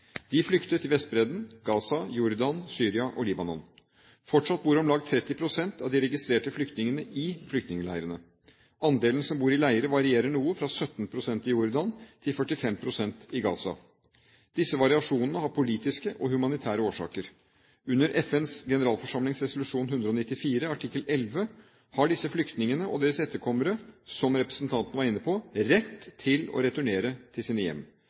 De flyktet til Vestbredden, Gaza, Jordan, Syria og Libanon. Fortsatt bor om lag 30 pst. av de registrerte flyktningene i flyktningleirer. Andelen som bor i leirer, varierer noe, fra 17 pst. i Jordan til 45 pst. i Gaza. Disse variasjonene har politiske og humanitære årsaker. Under FNs generalforsamlings resolusjon 194, artikkel 11, har disse flyktningene og deres etterkommere, som representanten var inne på, rett til å returnere til sine hjem.